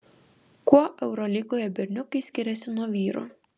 kuo eurolygoje berniukai skiriasi nuo vyrų